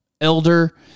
elder